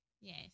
Yes